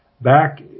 back